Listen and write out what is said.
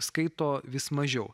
skaito vis mažiau